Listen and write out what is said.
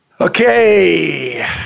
Okay